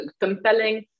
compelling